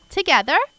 Together